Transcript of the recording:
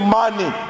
money